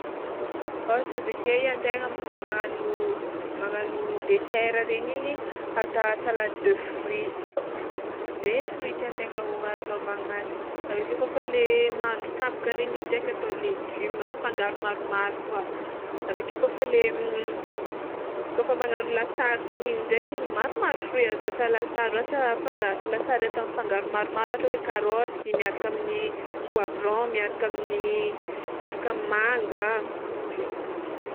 Ohatra izy ake io antegna magnagno magnagno desera regny igny ata salade de fruit, ze fruit tiantegna ho agnaovana azy aveke koa fa le mahandro kabaka regny igny ndraika atao legioma mifangaro maromaro koa, aveke koa fa le kôfa kôfa magnagno lasary regny igny ndraiky maromaro fruit azo atao lasary, ôhatra afangaro, lasary atao mifangaro maromaro ôhatra hoe karaoty miaraka amin'ny poivron miaraka amin'ny miaraka amy manga magnandregny.